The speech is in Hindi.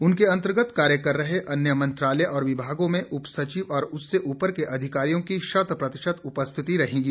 उनके अंतर्गत कार्य कर रहे अन्य मंत्रालय और विभागों में उप सचिव और उससे ऊपर के अधिकारियों की शत प्रतिशत उपस्थिति रहेगी